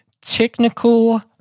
technical